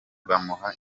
bamuha